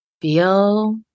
feel